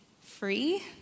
free